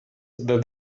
that